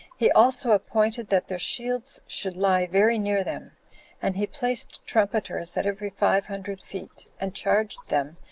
he also appointed that their shields should lie very near them and he placed trumpeters at every five hundred feet, and charged them,